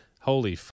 Holy